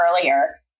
earlier